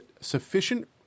sufficient